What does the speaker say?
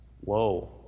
Whoa